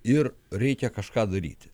ir reikia kažką daryti